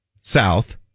south